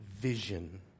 vision